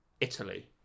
Italy